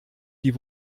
die